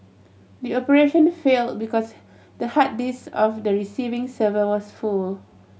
the operation to fail because the hard disk of the receiving server was full